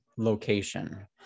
location